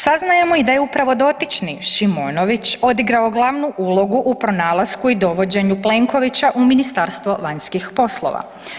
Saznajemo i da je upravo dotični Šimonović odigrao glavnu ulogu u pronalasku i dovođenju Plenkovića u Ministarstvo vanjskih poslova.